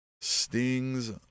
Sting's